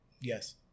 yes